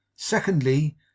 Secondly